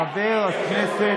חבר הכנסת